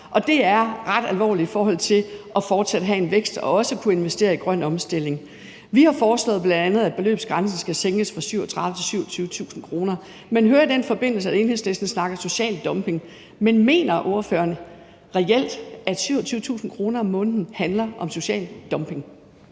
og det er ret alvorligt i forhold til fortsat at have en vækst og også kunne investere i grøn omstilling. Vi har bl.a. foreslået, at beløbsgrænsen skal sænkes fra 37.000 kr. til 27.000 kr. Man hører i den forbindelse, at Enhedslisten snakker social dumping, men mener ordføreren reelt, at 27.000 kr. om måneden handler om social dumping?